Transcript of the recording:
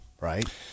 right